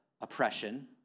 oppression